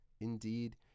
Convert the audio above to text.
Indeed